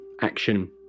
action